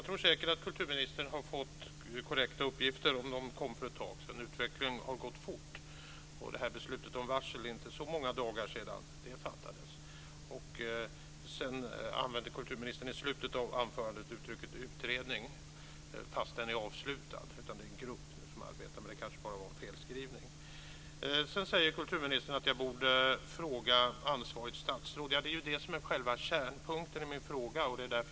Fru talman! Kulturministern har säkert fått korrekta uppgifter, om de kom för ett tag sedan. Utvecklingen har gått fort, och beslutet om varsel fattades för inte så många dagar sedan. I slutet av sitt svar använde kulturministern uttrycket utredning, men den är nu avslutad. Nu är det en grupp som arbetar - kanske var det bara en felskrivning. Kulturministern säger att jag borde fråga ansvarigt statsråd. Ja, det är ju det som är själva kärnpunkten i min fråga.